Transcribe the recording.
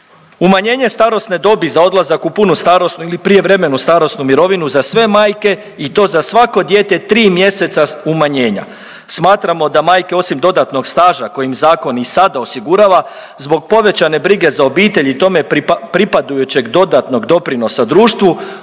Umanjenje starosne dobi za odlazak u punu starosnu ili prijevremenu starosnu mirovinu za sve majke i to za svako dijete tri mjeseca umanjenja. Smatramo da majke osim dodatnog staža koje im zakon i sada osigurava zbog povećane brige za obitelj i tome pripadajućeg dodatnog doprinosa društvu